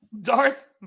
Darth